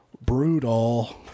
brutal